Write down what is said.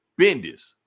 Bendis